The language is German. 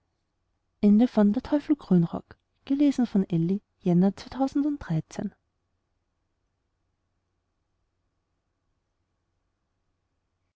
mit tausend und